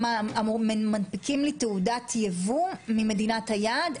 מנפיקים לי תעודת יבוא ממדינת היעד?